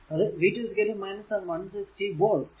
അത് v 2 160 volt